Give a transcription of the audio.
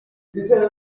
los